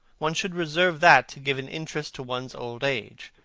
one should reserve that to give an interest to one's old age.